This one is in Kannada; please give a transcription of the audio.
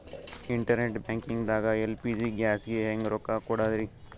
ಇಂಟರ್ನೆಟ್ ಬ್ಯಾಂಕಿಂಗ್ ದಾಗ ಎಲ್.ಪಿ.ಜಿ ಗ್ಯಾಸ್ಗೆ ಹೆಂಗ್ ರೊಕ್ಕ ಕೊಡದ್ರಿ?